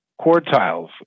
quartiles